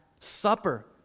supper